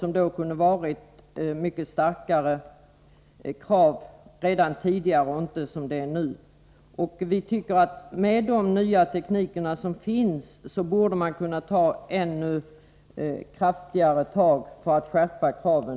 Om ni inte hade gjort det, hade kraven varit mycket hårdare än de nu är. Och med de nya tekniker som finns i dag borde man kunna ta ännu kraftigare tag för att skärpa kraven.